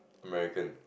American